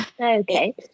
okay